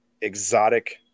exotic